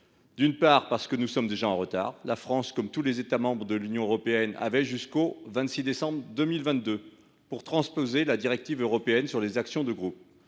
D’une part, parce que nous sommes déjà en retard : la France, comme tous les États membres de l’Union européenne, avait jusqu’au 26 décembre 2022 pour transposer la directive européenne sur les actions de groupe.